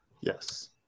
Yes